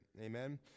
Amen